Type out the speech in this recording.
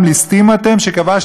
שכבשתם ארץ שבעה עמים,